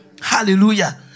Hallelujah